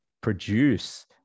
produce